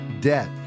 debt